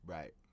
Right